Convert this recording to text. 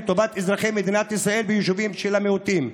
לטובת אזרחי מדינת ישראל ביישובים של המיעוטים.